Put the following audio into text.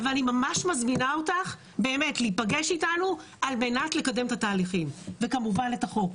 אני מזמינה אותך להיפגש איתנו כדי לקדם את התהליכים וכמובן את החוק.